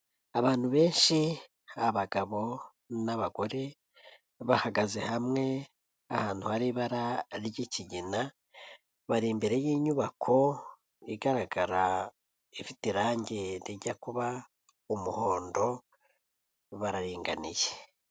Abantu benshi b'abagabo n'abagore .Bahagaze hamwe ahantu hari ibara ry'ikigina ,bari imbere y'inyubako igaragara nk'ifite irangi rijya kuba umuhondo bararinganiye.